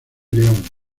león